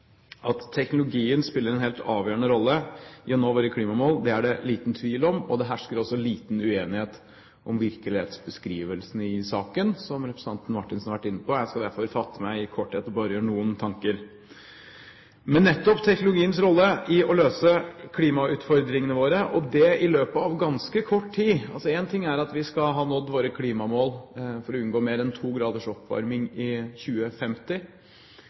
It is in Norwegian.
At teknologien spiller en helt avgjørende rolle i det å nå våre klimamål, er det ingen tvil om. Det hersker også liten uenighet om virkelighetsbeskrivelsen i saken, som representanten Marthinsen har vært inne på. Jeg skal derfor fatte meg i korthet og bare komme med noen tanker. Til nettopp teknologiens rolle i det å løse klimautfordringene våre, og det i løpet av ganske kort tid: Én ting er at vi skal ha nådd våre klimamål for å unngå mer enn to graders oppvarming i 2050,